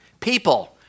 People